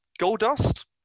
Goldust